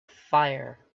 fire